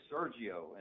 Sergio